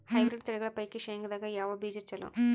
Hybrid ತಳಿಗಳ ಪೈಕಿ ಶೇಂಗದಾಗ ಯಾವ ಬೀಜ ಚಲೋ?